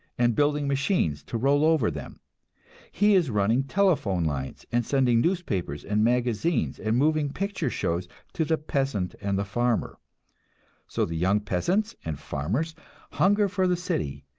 and building machines to roll over them he is running telephone lines and sending newspapers and magazines and moving picture shows to the peasant and the farmer so the young peasants and farmers hunger for the city,